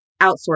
outsource